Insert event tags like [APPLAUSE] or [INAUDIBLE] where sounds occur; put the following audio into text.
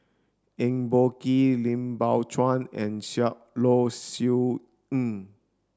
Eng Boh Kee Lim Biow Chuan and [UNINTELLIGIBLE] Low Siew Nghee